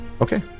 Okay